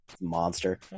monster